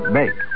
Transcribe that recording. make